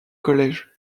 collège